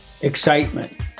excitement